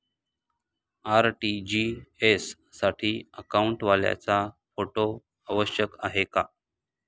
RTGS साठी अकाउंटवाल्याचा photo आवश्यक आहे का?